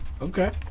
okay